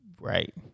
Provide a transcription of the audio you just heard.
Right